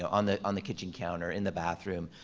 ah on the on the kitchen counter, in the bathroom,